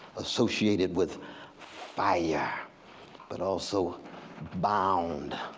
associated with fire but also bound,